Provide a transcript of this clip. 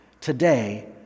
today